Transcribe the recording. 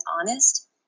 honest